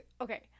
okay